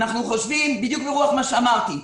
אנחנו חושבים בדיוק ברוח מה שאמרתי,